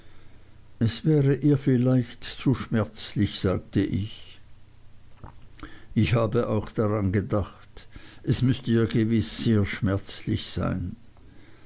es wäre ihr vielleicht zu schmerzlich sagte ich ich habe auch daran gedacht es müßte ihr gewiß sehr schmerzlich sein